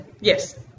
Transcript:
Yes